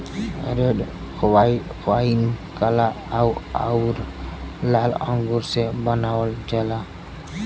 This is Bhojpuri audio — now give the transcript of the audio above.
रेड वाइन काला आउर लाल अंगूर से बनावल जाला